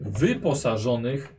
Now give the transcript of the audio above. wyposażonych